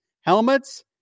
helmets